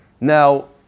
Now